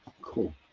Cool